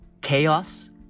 chaos